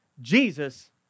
Jesus